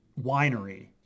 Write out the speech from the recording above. winery